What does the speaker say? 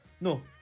no